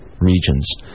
Regions